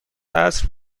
عصر